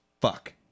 fuck